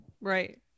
right